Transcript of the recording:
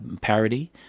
parody